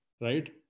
right